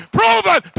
proven